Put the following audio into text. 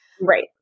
Right